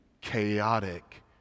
chaotic